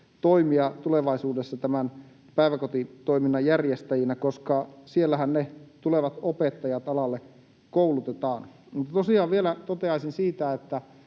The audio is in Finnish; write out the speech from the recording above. toimia tulevaisuudessa tämän päiväkotitoiminnan järjestäjinä, koska siellähän ne tulevat opettajat alalle koulutetaan. Vielä toteaisin siitä, että